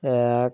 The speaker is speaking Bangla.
এক